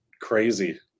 crazy